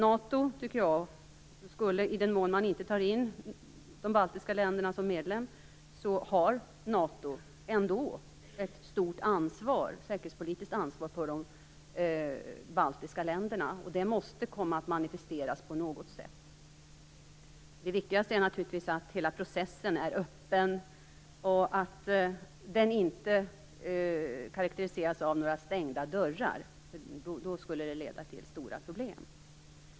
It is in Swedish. Jag tycker att NATO, i den mån man inte tar in de baltiska länderna som medlemmar, ändå har ett stort säkerhetspolitiskt ansvar för de baltiska länderna. Det måste manifesteras på något sätt. Det viktigaste är naturligtvis att hela processen är öppen och att den inte karakteriseras av några stängda dörrar. Det skulle leda till stora problem.